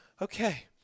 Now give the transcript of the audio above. Okay